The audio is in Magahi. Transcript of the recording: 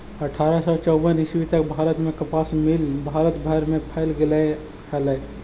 अट्ठारह सौ चौवन ईस्वी तक भारत में कपास मिल भारत भर में फैल गेले हलई